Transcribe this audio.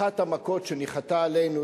אחת המכות שניחתו עלינו,